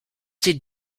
did